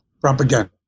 propaganda